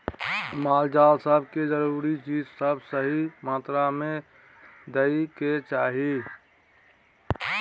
माल जाल सब के जरूरी चीज सब सही मात्रा में दइ के चाही